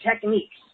techniques